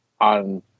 on